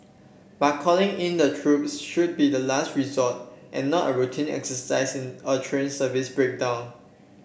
but calling in the troops should be the last resort and not a routine exercise in a train service breakdown